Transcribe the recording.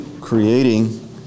creating